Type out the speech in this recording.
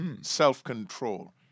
self-control